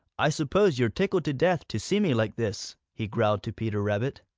i suppose you're tickled to death to see me like this, he growled to peter rabbit.